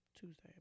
Tuesday